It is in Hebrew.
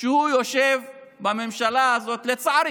שהוא יושב בממשלה הזאת, לצערי,